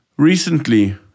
Recently